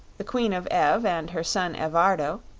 the queen of ev and her son evardo,